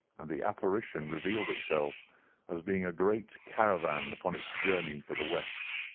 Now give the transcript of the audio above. and the apparition revealed itself as being a great caravan upon its journey for the west.